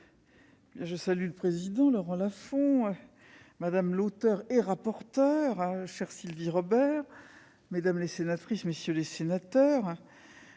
monsieur le président de la commission, madame l'auteure et rapporteure, chère Sylvie Robert, mesdames les sénatrices, messieurs les sénateurs,